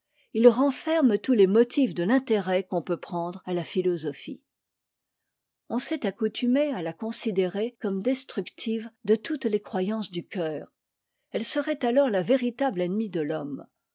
il renferme tous les motifs de l'intérêt qu'on peut prendre à la philosophie on s'est accoutumé à la considérer comme destructive de toutes les croyances du cœur elle serait alors la véritable ennemie de l'homme